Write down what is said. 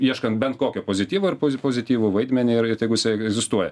ieškant bent kokio pozityvo ir pozi pozityvų vaidmenį ir tegu isai egzistuoja